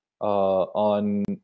on